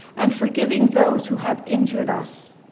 and forgiving those who have injured us.